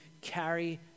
carry